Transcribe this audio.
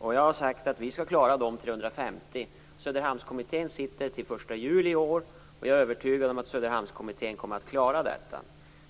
Jag har sagt att vi skall klara de 350. Söderhamnskommittén sitter till den 1 juli i år, och jag är övertygad om att den kommer att klara detta.